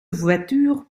voitures